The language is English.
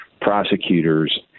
prosecutors